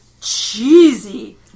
cheesy